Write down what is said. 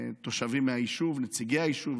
תושבים מהיישוב, נציגי היישוב.